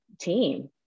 team